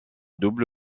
double